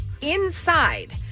inside